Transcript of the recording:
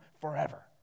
forever